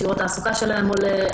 שיעור התעסוקה שלהן עולה,